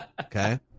Okay